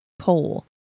coal